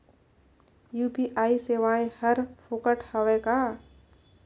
UPI सेवाएं हर फोकट हवय का?